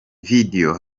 video